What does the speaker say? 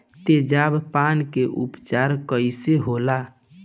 तेजाब पान के उपचार कईसे होला?